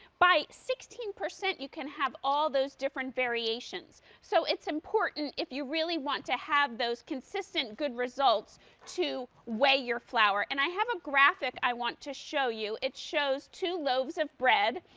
by sixteen percent you can have all of those different variations, so it's important if you really want to have those consistent good results to where you're flower. and i have a graphic i want to show you, it shows two loaves of bread,